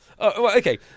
Okay